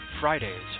Fridays